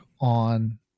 on